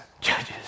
Judges